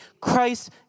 Christ